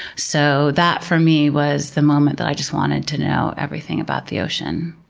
so, that for me was the moment that i just wanted to know everything about the ocean.